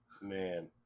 Man